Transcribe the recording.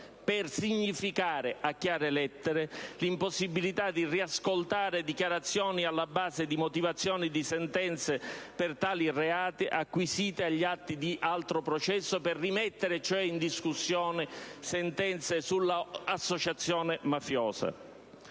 per significare a chiare lettere l'impossibilità di riascoltare dichiarazioni alla base di motivazioni di sentenze per tali reati acquisite agli atti di altro processo, per rimettere cioè in discussione sentenze sull'associazione mafiosa.